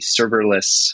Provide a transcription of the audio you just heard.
serverless